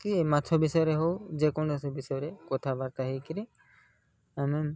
କି ମାଛ ବିଷୟରେ ହଉ ଯେକୌଣସି ବିଷୟରେ କଥାବାର୍ତ୍ତା ହେଇ କରି ଆମେ